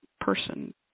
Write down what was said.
person